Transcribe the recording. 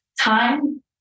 time